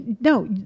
No